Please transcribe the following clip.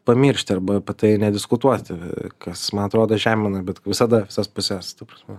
pamiršti arba tai nediskutuoti kas man atrodo žemina bet visada visas puses ta prasme